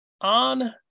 on